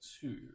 two